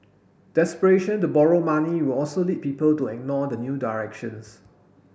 desperation to borrow money will also lead people to ignore the new directions